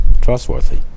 trustworthy